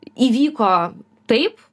įvyko taip